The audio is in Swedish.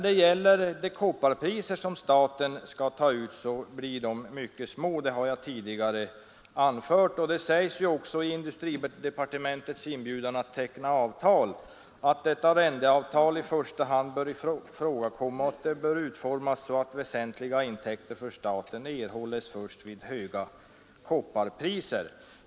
De kopparpriser som staten skall ta ut blir också mycket små, som jag tidigare har anfört. Det sägs ju i industridepartementets inbjudan att teckna avtal, att ett arrendeavtal i första hand bör ifrågakomma och att detta bör utformas så att väsentliga intäkter för staten erhålles först vid höga kopparpriser.